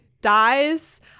dies